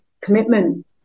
commitment